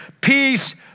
peace